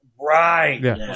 Right